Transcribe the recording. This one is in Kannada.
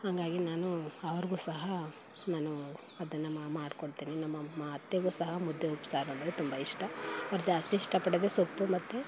ಹಂಗಾಗಿ ನಾನು ಅವ್ರಿಗೂ ಸಹ ನಾನು ಅದನ್ನು ಮಾಡ್ಕೊಡ್ತೀನಿ ನಮ್ಮಮ್ಮ ಅತ್ತೆಗೂ ಸಹ ಮುದ್ದೆ ಉಪ್ಸಾರು ಅಂದರೆ ತುಂಬ ಇಷ್ಟ ಅವ್ರು ಜಾಸ್ತಿ ಇಷ್ಟಪಡೋದೆ ಸೊಪ್ಪು ಮತ್ತು